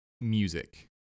music